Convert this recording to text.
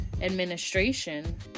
administration